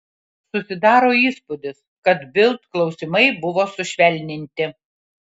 susidaro įspūdis kad bild klausimai buvo sušvelninti